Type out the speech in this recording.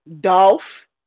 Dolph